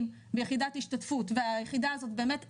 ביחידת השתתפות והיחידה הזאת באמת הפסידה,